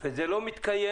וזה לא מתקיים,